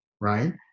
right